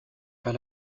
pas